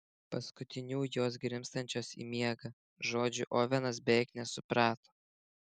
paskutinių jos grimztančios į miegą žodžių ovenas beveik nesuprato